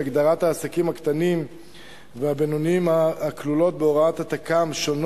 הגדרת העסקים הקטנים והבינוניים הכלולה בהוראת התכ"ם שונה